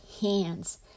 hands